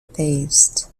based